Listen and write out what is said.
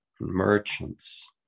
merchants